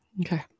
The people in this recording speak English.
Okay